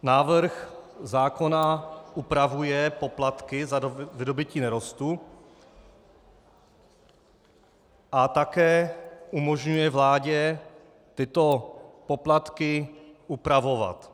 Návrh zákona upravuje poplatky za vydobytí nerostů a také umožňuje vládě tyto poplatky upravovat.